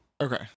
okay